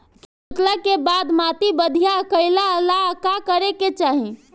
खेत जोतला के बाद माटी बढ़िया कइला ला का करे के चाही?